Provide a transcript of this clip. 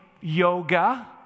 yoga